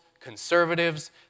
conservatives